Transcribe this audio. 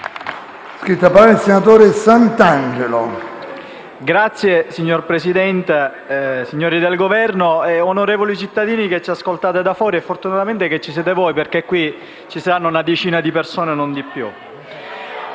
*(M5S)*. Signor Presidente, signori del Governo, onorevoli cittadini che ci ascoltate da fuori, fortunatamente ci siete voi perché qui ci saranno una decina di persone e non di più.